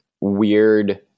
weird